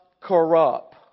corrupt